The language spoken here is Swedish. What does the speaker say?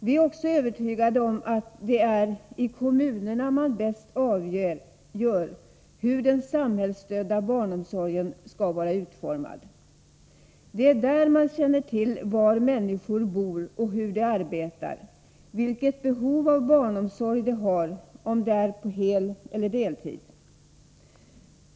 Vi är också övertygade om att det ärikommunerna man bäst avgör hur den samhällsstödda barnomsorgen skall vara utformad. Det är där man känner till var människor bor och hur de arbetar, vilket behov av barnomsorg de har — om det är på heleller deltid.